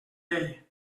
llei